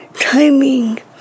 timing